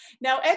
Now